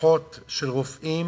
וכוחות של רופאים.